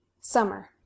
Summer